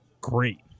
great